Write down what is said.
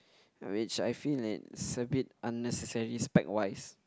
which I feel is a bit unnecessary spec wise